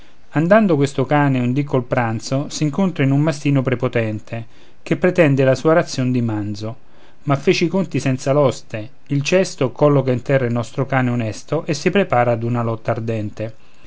andando questo cane un dì col pranzo s'incontra in un mastino prepotente che pretende la sua razion di manzo ma fece i conti senza l'oste il cesto colloca in terra il nostro cane onesto e si prepara ad una lotta ardente